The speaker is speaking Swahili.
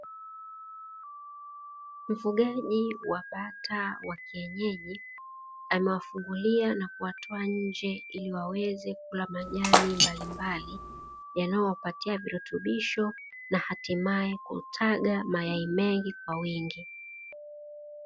Mfugaji wa bata wa kienyeji, amewafungulia na kuwaatoa nje ili waweze kula majani mbalimbali, yanayowapatia virutubisho, na hatimae kutaga mayai mengi kwa wingi.